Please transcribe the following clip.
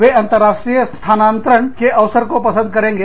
वे अंतरराष्ट्रीय स्थानांतरण के अवसर को पसंद करेंगे